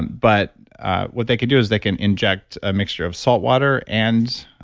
but what they could do is they can inject a mixture of saltwater and